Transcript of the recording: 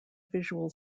visual